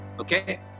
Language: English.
Okay